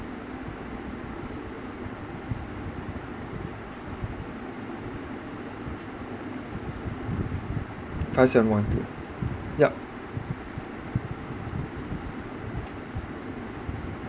five seven one two yup